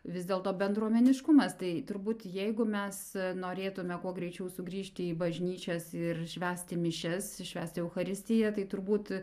vis dėl to bendruomeniškumas tai turbūt jeigu mes norėtume kuo greičiau sugrįžti į bažnyčias ir švęsti mišias švęsti eucharistiją tai turbūt